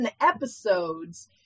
episodes